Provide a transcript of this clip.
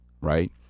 right